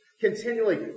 Continually